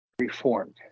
reformed